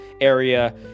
area